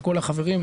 לכל החברים,